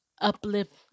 uplift